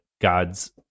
God's